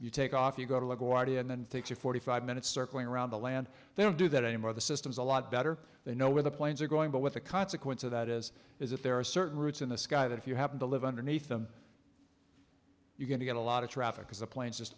you take off you go to la guardia and then takes a forty five minute circling around the land they don't do that anymore the system is a lot better they know where the planes are going but what the consequence of that is is if there are certain routes in the sky that if you happen to live underneath them you're going to get a lot of traffic because the planes just